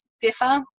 differ